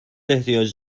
احتیاج